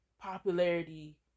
popularity